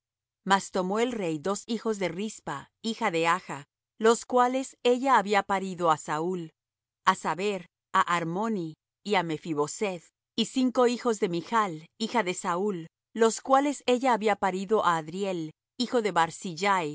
mas tomó el rey dos hijos de rispa hija de aja los cuales ella había parido á saúl á saber á armoni y á mephi boseth y cinco hijos de michl hija de saúl los cuales ella había parido á adriel hijo de barzillai